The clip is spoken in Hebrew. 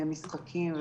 משחקים,